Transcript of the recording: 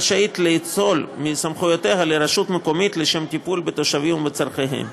רשאית לאצול מסמכויותיה על רשות מקומית לשם טיפול בתושבים ובצורכיהם.